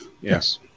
Yes